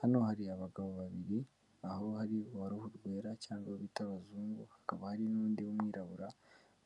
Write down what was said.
Hano hari abagabo babiri, aho hari uwa ruhu rwera cyangwa abo bita abazungu, hakaba hari n'undi w'umwirabura